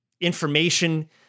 information